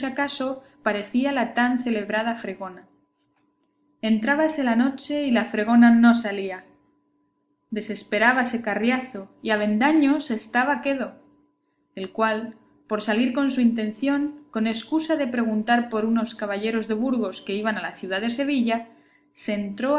parecía la tan celebrada fregona entrábase la noche y la fregona no salía desesperábase carriazo y avendaño se estaba quedo el cual por salir con su intención con escusa de preguntar por unos caballeros de burgos que iban a la ciudad de sevilla se entró